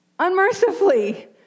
unmercifully